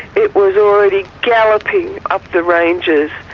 it was already galloping up the ranges.